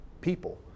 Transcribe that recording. people